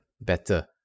better